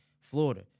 Florida